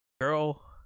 girl